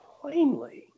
plainly